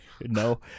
No